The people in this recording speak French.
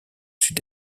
sud